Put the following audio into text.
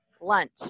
lunch